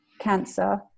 cancer